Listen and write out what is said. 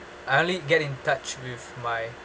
I only get in touch with my